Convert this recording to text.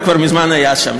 הוא כבר מזמן היה שם.